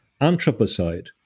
anthropocide